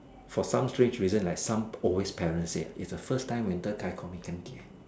for some strange reason like some always parents say it's the first time when guy call me 干爹